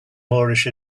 moorish